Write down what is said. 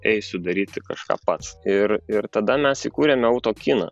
eisiu daryti kažką pats ir ir tada mes įkūrėme autokiną